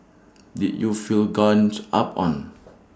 did you feel gangs up on